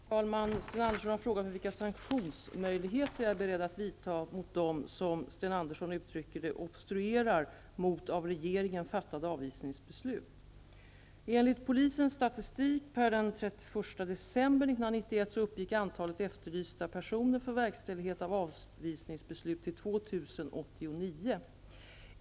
Herr talman! Sten Andersson i Malmö har frågat mig vilka sanktionsmöjligheter jag är beredd att vidta mot dem som Sten Andersson uttrycker det obstruerar mot av regeringen fattade avvisningsbeslut. uppgick antalet efterlysta personer för verkställighet av avvisningsbeslut till 2 089.